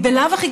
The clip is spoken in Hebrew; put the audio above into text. ובלאו הכי,